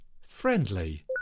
Friendly